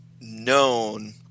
known